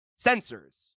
sensors